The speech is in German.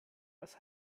was